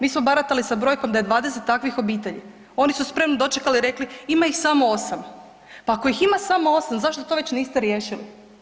Mi smo baratali sa brojkom da je 20 takvih obitelji, oni su spremno dočekali i rekli ima ih samo 8. Pa ako ih ima samo 8 zašto to već niste riješili?